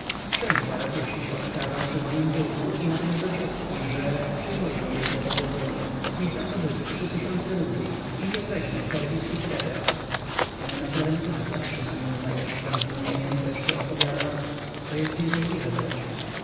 siądź zaraz jeżeliś łaskawa przy mojem biórku i napisz do ciotki że przyjmuję jej propozycyą niech nam pożyczy trzy tysiące rubli i niech weźmie serwis i srebra panna florentyna patrzy na nią z najwyższem zdumieniem wreszcie odpowiada to jest niemożliwe